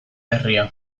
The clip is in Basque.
herria